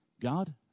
God